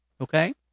Okay